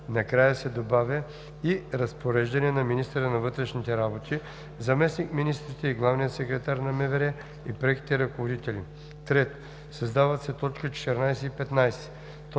накрая се добавя „и разпореждания на министъра на вътрешните работи, заместник-министрите и главния секретар на МВР и на преките ръководители;“. 3. Създават се т. 14 и 15: